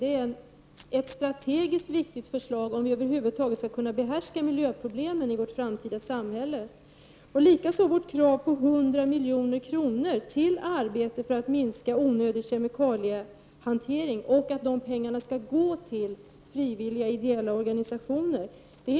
Det är i stället ett strategiskt viktigt förslag om vi över huvud taget skall kunna komma till rätta med miljöproblemen i det framtida samhället. Detsamma gäller vårt krav om 100 milj.kr. till arbete för att minska onödig kemikaliehantering. Vi föreslår att pengarna skall gå till frivilliga ideella organisationer.